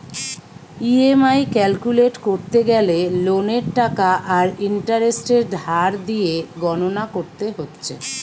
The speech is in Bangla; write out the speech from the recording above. ই.এম.আই ক্যালকুলেট কোরতে গ্যালে লোনের টাকা আর ইন্টারেস্টের হার দিয়ে গণনা কোরতে হচ্ছে